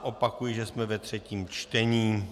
Opakuji, že jsme ve třetím čtení.